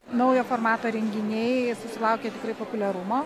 naujo formato renginiai susilaukė tikrai populiarumo